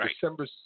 December